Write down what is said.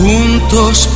Juntos